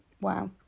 Wow